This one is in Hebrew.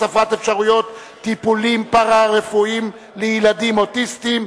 הוספת אפשרויות טיפולים פארה-רפואיים לילדים אוטיסטים),